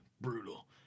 Brutal